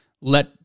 let